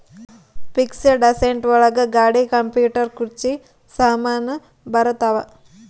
fixed asset ಒಳಗ ಗಾಡಿ computer ಕುರ್ಚಿ ಸಾಮಾನು ಬರತಾವ